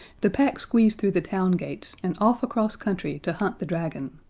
the pack squeezed through the town gates and off across country to hunt the dragon.